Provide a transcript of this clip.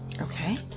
Okay